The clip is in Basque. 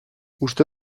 uste